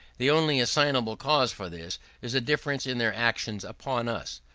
the only assignable cause for this is a difference in their actions upon us,